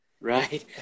Right